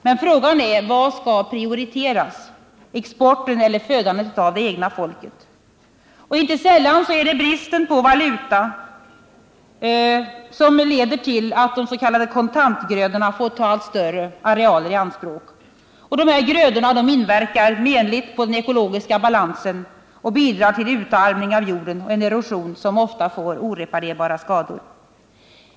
Men frågan är: Vad skall prioriteras — exporten eller födandet av det egna folket? Inte sällan är det bristen på valuta som leder till att de s.k. kontantgrödorna får ta allt större arealer i anspråk. De här grödorna inverkar menligt på den ekologiska balansen och bidrar till utarmning av jorden och en erosion som ofta får oreparerbara skador.